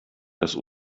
das